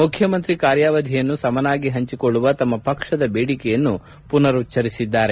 ಮುಖ್ಯಮಂತ್ರಿ ಕಾರ್ಯಾವಧಿಯನ್ನು ಸಮನಾಗಿ ಹಂಚಿಕೊಳ್ಳುವ ತಮ್ನ ಪಕ್ಷದ ಬೇಡಿಕೆಯನ್ನು ಪುನರುಚ್ಚರಿಸಿದ್ದಾರೆ